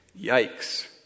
Yikes